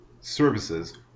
services